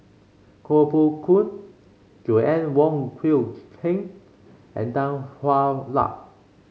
Koh Poh Koon Joanna Wong Quee Heng and Tan Hwa Luck